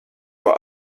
vor